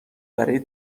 برای